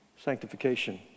sanctification